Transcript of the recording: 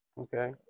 Okay